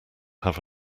have